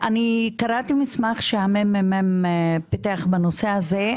אני קראתי מסמך שהממ"מ פיתח בנושא הזה,